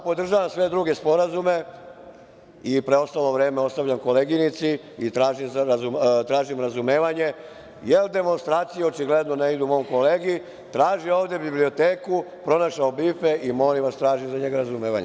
Podržavam sve druge sporazume i preostalo vreme ostavljam koleginici i tražim razumevanje, jer demonstracije očigledno ne idu mom kolegi, traži ovde biblioteku, pronašao je bife i molim vas, tražim za njega razumevanje.